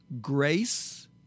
grace